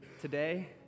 today